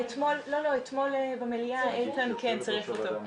בשלב זה אנחנו מקווים שחברי הכנסת הנוספים יצטרפו אלינו,